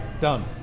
done